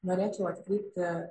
norėčiau atkreipti